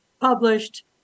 published